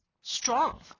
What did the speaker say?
strong